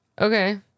Okay